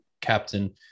captain